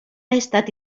estat